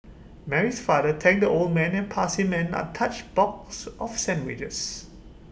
Mary's father thanked the old man and passed him an untouched box of sandwiches